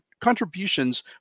contributions